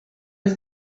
his